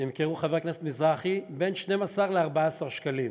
נמכרו, חבר הכנסת מזרחי, בין 12 ל-14 שקלים.